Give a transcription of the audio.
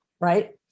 Right